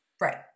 Right